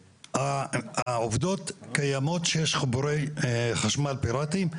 העובדות קיימות שיש חיבורי חשמל פיראטיים.